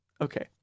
Okay